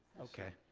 okay.